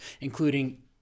including